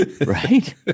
Right